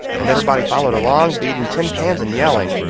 and everybody followed along, beating tin pans and yelling.